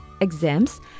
exams